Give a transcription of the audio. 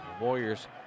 Warriors